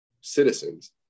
citizens